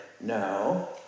no